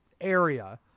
area